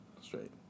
straight